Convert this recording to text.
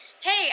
hey